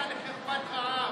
לך זה לא היה מלכתחילה.